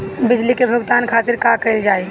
बिजली के भुगतान खातिर का कइल जाइ?